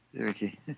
Okay